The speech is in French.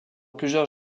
plusieurs